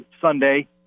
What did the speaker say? Sunday